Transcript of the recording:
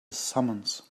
summons